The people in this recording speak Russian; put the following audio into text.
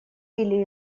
или